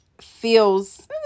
Feels